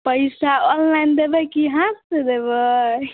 पैसा ऑनलाइन देबै कि हाथ मे देबै